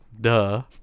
Duh